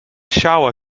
shower